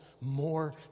more